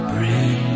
Bring